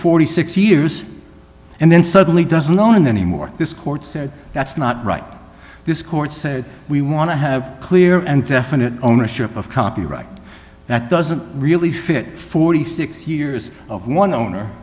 forty six years and then suddenly doesn't own any more this court said that's not right this court said we want to have clear and definite ownership of copyright that doesn't really fit forty six years of one o